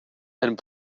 and